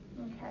Okay